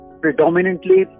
predominantly